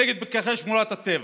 נגד פקחי שמורת הטבע.